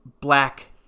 black